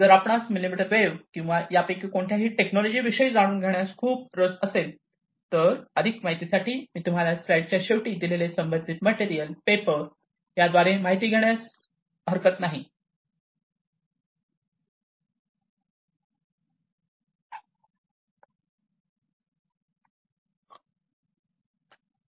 जर आपणास millimetre wave किंवा यापैकी कोणत्याही टेक्नॉलॉजी विषयी जाणून घेण्यास खूप रस असेल तर अधिक माहितीसाठी मी तुम्हाला स्लाइडच्या शेवटी दिलेली संबंधित मटेरियल पेपर सोर्स याद्वारे माहिती घेण्यास करत आहे